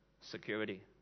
security